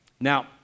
Now